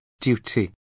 duty